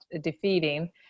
defeating